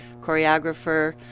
choreographer